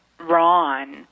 Ron